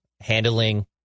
Handling